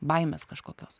baimės kažkokios